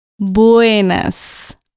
Buenas